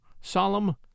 solemn